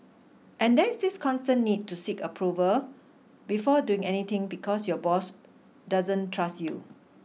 and there is this constant need to seek approval before doing anything because your boss doesn't trust you